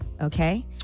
Okay